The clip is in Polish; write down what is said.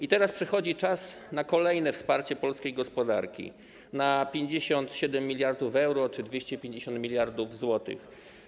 I teraz przychodzi czas na kolejne wsparcie polskiej gospodarki, na 57 mld euro, czyli 250 mld zł.